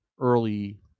early